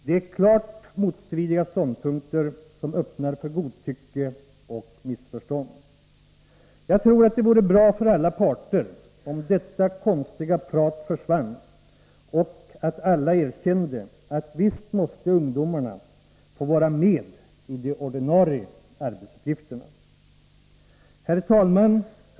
Detta är klart motstridiga ståndpunkter, som öppnar för godtycke och missförstånd. Jag tror att det vore bra för alla parter om detta konstiga prat försvann och alla erkände att ungdomarna måste få vara med i de ordinarie arbetsuppgifterna. Herr talman!